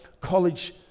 college